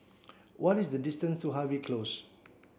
what is the distance to Harvey Close